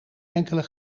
enkele